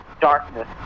darkness